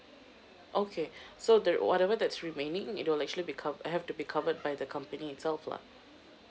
okay so the whatever that's remaining it will actually be cov~ have to be covered by the company itself lah